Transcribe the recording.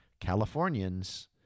Californians